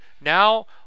Now